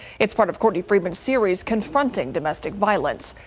it's part of cordy freeman series confronting domestic violence,